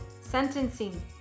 sentencing